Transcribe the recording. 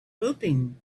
hoping